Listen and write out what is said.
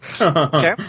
Okay